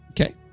Okay